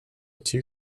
two